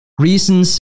reasons